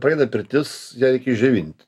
preina pirtis ją reikia išdžiovint